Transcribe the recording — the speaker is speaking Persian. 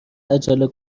عجله